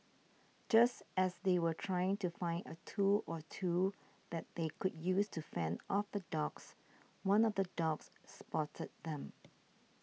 just as they were trying to find a tool or two that they could use to fend off the dogs one of the dogs spotted them